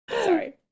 Sorry